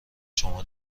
شما